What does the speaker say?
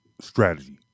strategy